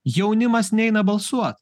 jaunimas neina balsuot